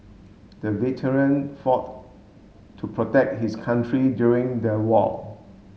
the veteran fought to protect his country during the war